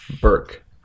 Burke